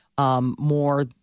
More